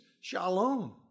shalom